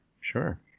Sure